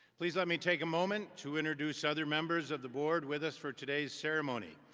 please let me take a moment to introduce other members of the board with us for today's ceremony.